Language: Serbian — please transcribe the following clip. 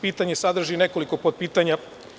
Pitanje sadrži nekoliko podpitanja.